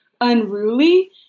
Unruly